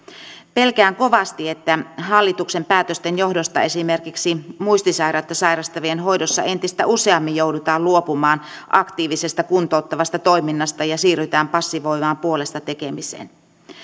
pelkään kovasti että hallituksen päätösten johdosta esimerkiksi muistisairautta sairastavien hoidossa entistä useammin joudutaan luopumaan aktiivisesta kuntouttavasta toiminnasta ja siirrytään passivoivaan puolesta tekemiseen